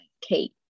kate